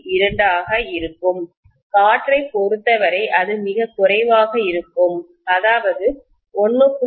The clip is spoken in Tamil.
2 ஆக இருக்கும் காற்றைப் பொறுத்தவரை அது மிகக் குறைவாக இருக்கும் அதாவது 1